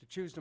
to choose to